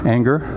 Anger